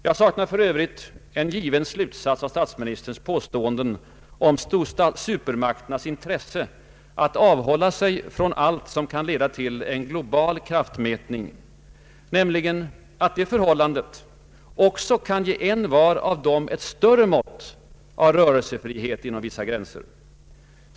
Jag saknar för övrigt en given slutsats av statsministerns påståenden om supermakternas intresse att avhålla sig från allt som kan leda till en global kraftmätning, nämligen att detta förhållande också kan ge envar av dem ett större mått av rörelsefrihet inom vissa gränser.